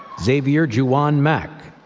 xavier jewon mack,